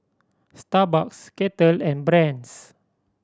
Starbucks Kettle and Brand's